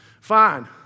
fine